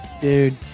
Dude